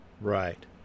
Right